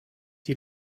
die